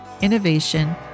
innovation